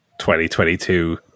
2022